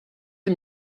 des